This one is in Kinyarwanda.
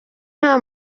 nta